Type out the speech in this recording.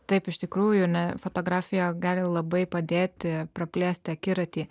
taip iš tikrųjų ne fotografija gali labai padėti praplėsti akiratį